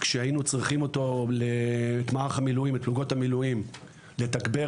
כשהיינו צריכים את פלוגות המילואים כדי לתגבר